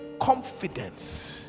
confidence